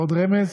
עוד רמז?